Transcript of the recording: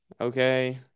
Okay